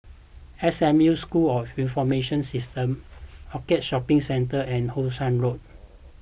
S M U School of Information Systems Orchard Shopping Centre and How Sun Road